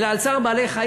אלא על צער בעלי-חיים.